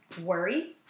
worry